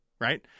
Right